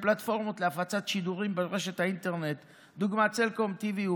פלטפורמות להפצת שידורים באינטרנט דוגמת סלקום טי.וי.